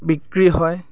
বিক্ৰী হয়